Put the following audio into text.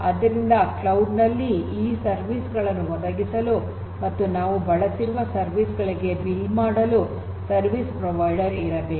ಆದ್ದರಿಂದ ಕ್ಲೌಡ್ ನಲ್ಲಿ ಈ ಸರ್ವಿಸ್ ಗಳನ್ನು ಒದಗಿಸಲು ಮತ್ತು ನಾವು ಬಳಸಿರುವ ಸರ್ವಿಸ್ ಗಳಿಗೆ ಬಿಲ್ ಮಾಡಲು ಸರ್ವಿಸ್ ಪ್ರೊವೈಡರ್ ಇರಬೇಕು